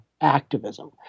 activism